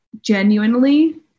genuinely